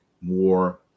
more